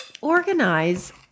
Organize